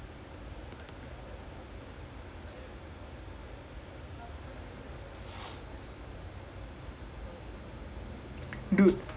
even I feel like damn bad because you know this I X team right that that the that year right they should have easily won spurce spurce just got lucky lah that [one] lah that [one] really like